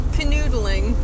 Canoodling